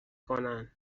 کنن